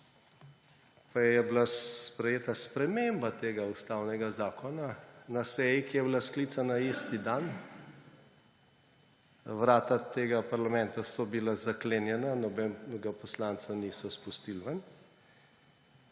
pa je bila sprejeta sprememba tega ustavnega zakona na seji, ki je bila sklicana isti dan. Vrata tega parlamenta so bila zaklenjena, nobenega poslanca niso spustili ven.